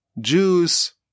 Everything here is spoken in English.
Jews